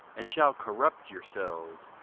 and shall corrupt yourselves,